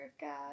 God